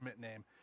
name